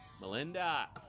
Melinda